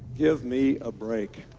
give me a break.